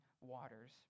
waters